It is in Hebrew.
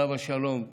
עליו השלום,